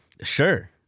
Sure